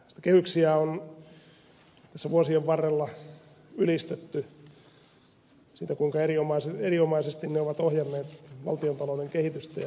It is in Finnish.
kehyksiä on tässä vuosien varrella ylistetty siitä kuinka erinomaisesti ne ovat ohjanneet valtiontalouden kehitystä ja pitäneet sitä ikään kuin kurissa